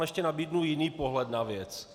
Ještě vám nabídnu jiný pohled na věc.